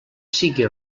sigui